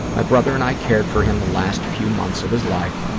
my brother and i cared for him the last few months of his life,